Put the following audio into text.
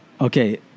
Okay